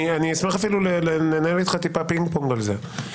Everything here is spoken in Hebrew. אני אשמח אפילו לנהל איתך טיפה פינג-פונג על זה.